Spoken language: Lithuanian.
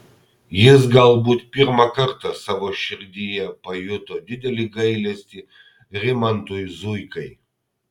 jis galbūt pirmą kartą savo širdyje pajuto didelį gailestį rimantui zuikai